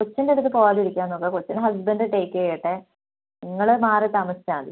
കൊച്ചിൻ്റെ അടുത്ത് പോകാതെ ഇരിക്കാൻ നോക്കുക കൊച്ചിനെ ഹസ്ബൻഡ് ടേക്ക് ചെയ്യട്ടെ നിങ്ങൾ മാറി താമസിച്ചാൽ മതി